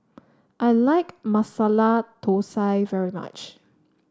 I like Masala Thosai very much